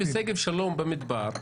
בשגב שלום במדבר,